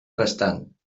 restant